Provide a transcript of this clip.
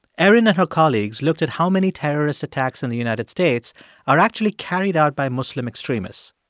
erin and her colleagues looked at how many terrorist attacks in the united states are actually carried out by muslim extremists.